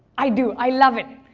i do. i love it.